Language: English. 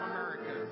America